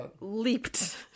leaped